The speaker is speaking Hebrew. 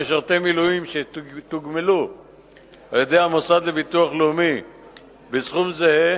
משרתי מילואים שתוגמלו על-ידי המוסד לביטוח לאומי בסכום זהה